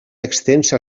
extensa